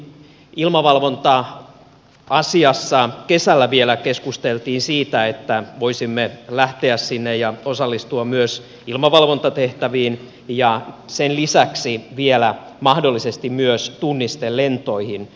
islannin ilmavalvonta asiassa kesällä vielä keskusteltiin siitä että voisimme lähteä sinne ja osallistua myös ilmavalvontatehtäviin ja sen lisäksi vielä mahdollisesti myös tunnistelentoihin